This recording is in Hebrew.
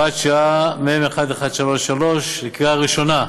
(הוראת שעה), מ/1133, לקריאה ראשונה.